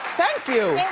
thank you.